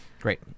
Great